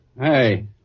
Hey